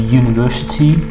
university